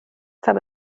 tan